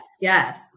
Yes